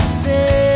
say